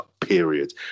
period